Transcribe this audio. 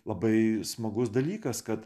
labai smagus dalykas kad